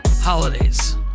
holidays